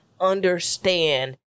understand